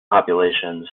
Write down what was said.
populations